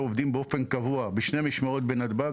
עובדים באופן קבוע בשתי משמרות בנתב"ג.